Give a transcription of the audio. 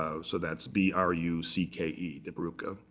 ah so that's b r u c k e, die brucke